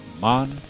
man